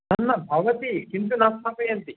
तन्न भवति किन्तु न स्थापयन्ति